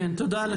תודה רבה.